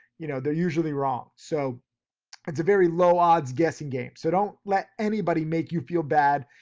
you know, they're usually wrong. so it's a very low odds guessing game. so don't let anybody make you feel bad.